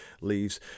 Leaves